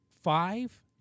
five